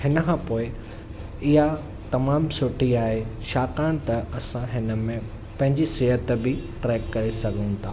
हिनखां पोइ इहा तमामु सुठी आहे छाकाणि त असां हिन में पंहिंजी सिहत बि ट्रैक करे सघूं था